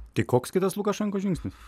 tai koks kitas lukašenkos žingsnis